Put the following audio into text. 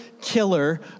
killer